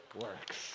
works